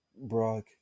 brock